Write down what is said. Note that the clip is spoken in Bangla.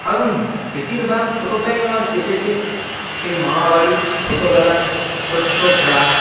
কারণ বেশিরভাগ ছোটোটাই আমার কেটেছে সেই মামাবাড়ির ছোটোবেলার ছোট্ট খেলার